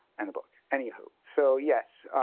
and the book. anywho, so, yes,